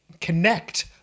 connect